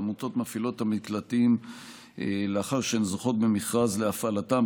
העמותות מפעילות את המקלטים לאחר שהן זוכות במכרז להפעלתם,